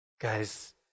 Guys